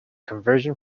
conversion